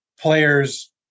players